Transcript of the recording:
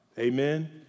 Amen